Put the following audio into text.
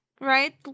right